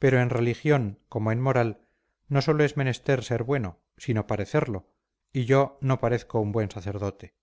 pero en religión como en moral no sólo es menester ser bueno sino parecerlo y yo no parezco un buen sacerdote